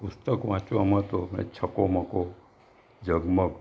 પુસ્તક વાંચવામાં તો મેં છકોમકો ઝગમગ